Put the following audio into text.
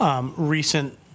recent